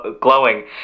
glowing